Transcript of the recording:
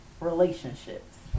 relationships